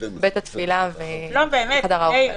בית התפילה וחדר האוכל.